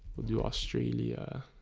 will do australia